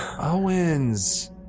Owens